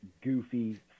goofy